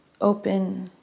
open